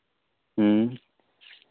ᱦᱮᱸ